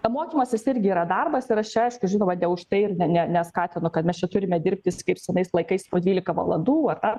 mokymasis irgi yra darbas ir aš čia aišku žinoma ne už tai ir ne ne neskatinu kad mes čia turime dirbti kaip senais laikais po dvylika valandų ar dar